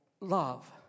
love